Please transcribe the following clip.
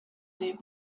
leave